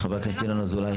חבר הכנסת ינון אזולאי.